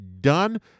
done